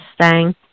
Mustang